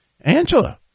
angela